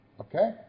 Okay